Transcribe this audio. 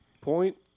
point